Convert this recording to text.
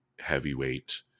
heavyweight